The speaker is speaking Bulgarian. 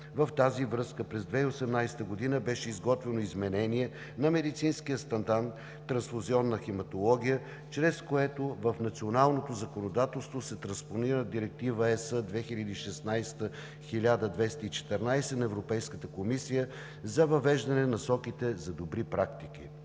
В тази връзка през 2018 г. беше изготвено изменение на Медицинския стандарт „Трансфузионна хематология“, чрез което в националното законодателство се транспонира Директива ЕС 2016/1214 на Европейската комисия за въвеждане на насоките за добри практики.